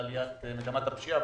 שאנחנו במצב של עלייה במגמת הפשיעה.